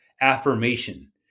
affirmation